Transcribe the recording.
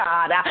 God